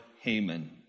Haman